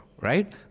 right